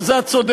בזה את צודקת,